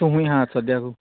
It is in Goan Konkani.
तूं खूंय आहा सद्यांकू